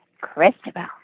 Christabel